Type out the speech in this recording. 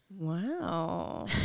Wow